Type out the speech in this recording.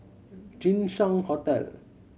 Jinshan Hotel